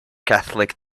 catholic